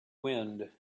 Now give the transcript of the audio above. wind